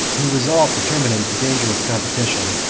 who resolved to terminate the dangerous competition,